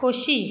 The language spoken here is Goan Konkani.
खोशी